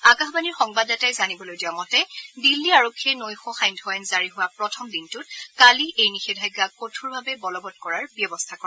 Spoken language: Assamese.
আকাশবাণীৰ সংবাদদাতাই জানিবলৈ দিয়া মতে দিল্লী আৰক্ষীয়ে নৈশ সান্ধ্য আইন জাৰি হোৱা প্ৰথম দিনটোত কালি এই নিষেধাজ্ঞা কঠোৰভাৱে বলবৎ কৰাৰ ব্যৱস্থা কৰে